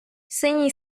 синій